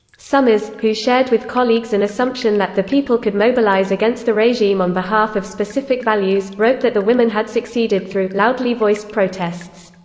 sommers, who shared with colleagues an and assumption that the people could mobilize against the regime on behalf of specific values, wrote that the women had succeeded through loudly voiced protests.